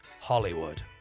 Hollywood